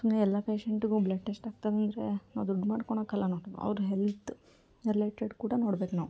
ಸುಮ್ಮನೆ ಎಲ್ಲ ಪೇಶೆಂಟ್ಗೂ ಬ್ಲಡ್ ಟೆಸ್ಟ್ ಆಗ್ತದಂದ್ರೆ ನಾವು ದುಡ್ಡು ಮಾಡ್ಕೊಳಕ್ಕಲ್ಲ ನಾವು ಅವ್ರ ಹೆಲ್ತ್ ರಿಲೇಟೆಡ್ ಕೂಡ ನೋಡ್ಬೇಕು ನಾವು